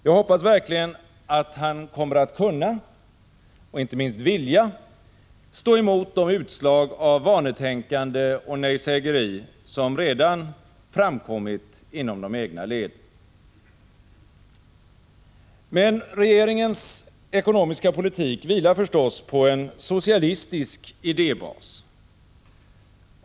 Jag hoppas verkligen att han kommer att kunna — och inte minst vilja — stå emot de utslag av vanetänkande och nejsägeri som redan framkommit inom de egna leden. Men regeringens ekonomiska politik vilar förstås på en socialistisk idébas.